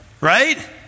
Right